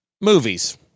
movies